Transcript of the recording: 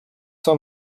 zur